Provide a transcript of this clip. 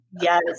Yes